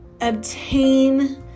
Obtain